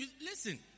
Listen